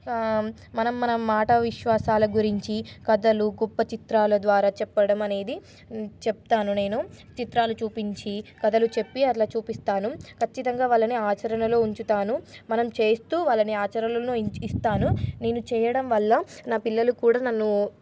మనం మన మత విశ్వాసాల గురించి కథలు గొప్ప చిత్రాల ద్వారా చెప్పడం అనేది చెప్తాను నేను చిత్రాలు చూపించి కథలు చెప్పి అలా చూపిస్తాను ఖచ్చితంగా వాళ్ళని ఆచరణలో ఉంచుతాను మనం చేస్తూ వాళ్ళని ఆచరణ చెయ్యిస్తాను నేను చెయ్యడం వల్ల నా పిల్లలు కూడా నన్ను